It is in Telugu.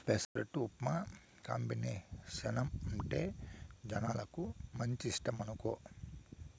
పెసరట్టు ఉప్మా కాంబినేసనంటే జనాలకు మంచి ఇష్టమనుకో